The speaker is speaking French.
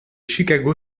chicago